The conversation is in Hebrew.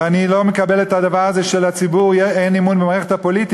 ואני לא מקבל את הדבר הזה שלציבור אין אמון במערכת הפוליטית